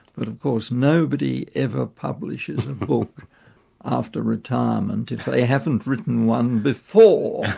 but of course nobody ever publishes a book after retirement if they haven't written one before,